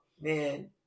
man